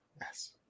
yes